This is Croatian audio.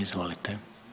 Izvolite.